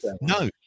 No